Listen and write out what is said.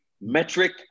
metric